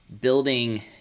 building